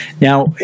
Now